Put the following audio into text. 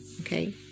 Okay